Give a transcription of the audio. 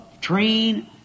train